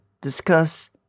discuss